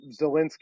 Zelensky